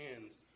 hands